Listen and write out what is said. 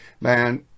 Man